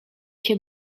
się